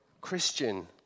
Christian